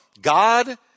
God